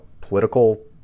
political